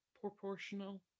proportional